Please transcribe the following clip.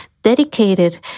dedicated